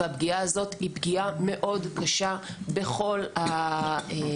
והפגיעה הזאת היא פגיעה קשה מאוד בכל הענף.